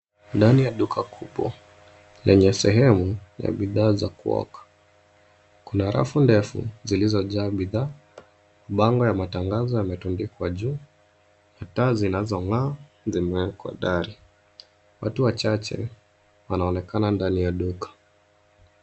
Ndani ya duka kubwa yenye sehemu ya bidhaa za kuoka. Kuna rafu ndefu zilizojaa bidhaa, mabango ya matangazo yametundikwa juu, na taa zinazong'aa zimeekwa dari. Watu wachache wanaonekana ndani ya duka.